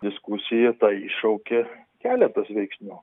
diskusiją tą iššaukė keletas veiksnių